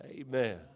Amen